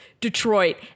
Detroit